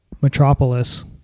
Metropolis